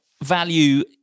value